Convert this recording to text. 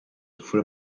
for